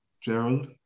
Gerald